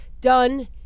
done